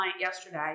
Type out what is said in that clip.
yesterday